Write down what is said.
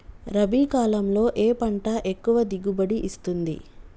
రబీ కాలంలో ఏ పంట ఎక్కువ దిగుబడి ఇస్తుంది?